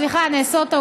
נעשות.